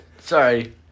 Sorry